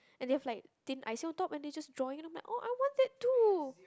and they've like thin icing on top and they just drawing on them oh I'm like I want that too